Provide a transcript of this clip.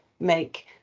make